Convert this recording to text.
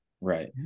Right